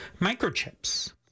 microchips